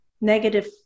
negative